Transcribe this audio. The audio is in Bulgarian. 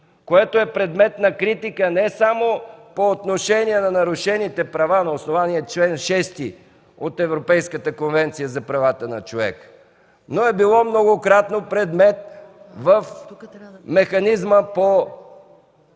което е предмет на критика не само по отношение на нарушените права на основание чл. 6 от Европейската конвенция за правата на човека, но е било многократно предмет в „Механизма по